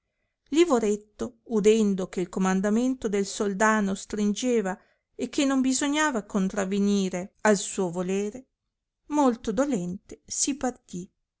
livoretto udendo che il comandamendo del soldano stringeva e che non bisognava contravenire al suo volere molto dolente si partì